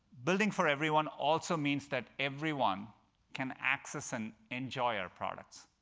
building for everyone also means that everyone can access and enjoy our products,